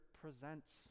presents